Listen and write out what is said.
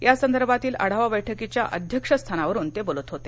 यासंदर्भातील आढावा बैठकीच्या अध्यक्षस्थानावरून ते बोलत होते